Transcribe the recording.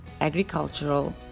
agricultural